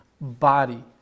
body